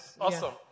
Awesome